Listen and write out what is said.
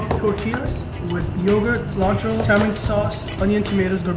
tortillas with yogurt, cilantro, tamarind sauce, onions, tomatoes,